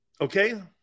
Okay